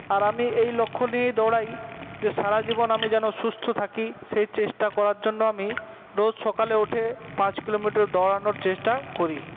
আর আমি এই লক্ষ্য নিয়েই দৌড়াই যে সারাজীবন আমি যেন সুস্থ থাকি সেই চেষ্টা করার জন্য আমি রোজ সকালে উঠে পাঁচ কিলোমিটার দৌড়ানোর চেষ্টা করি